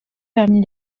parmi